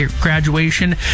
graduation